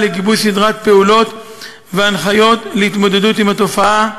לגיבוש סדרת פעולות והנחיות להתמודדות עם התופעה,